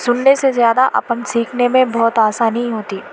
سننے سے زیادہ اپن سیکھنے میں بہت آسانی ہوتی